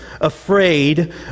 afraid